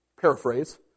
paraphrase